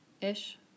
Ish